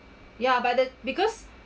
ya but the because